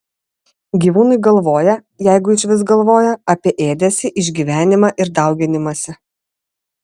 gyvūnai galvoja jeigu išvis galvoja apie ėdesį išgyvenimą ir dauginimąsi